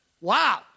Wow